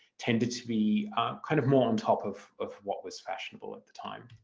tended to be kind of more on top of of what was fashionable at the time.